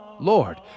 Lord